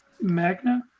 Magna